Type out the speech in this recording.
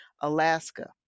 Alaska